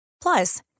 Plus